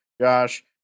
Josh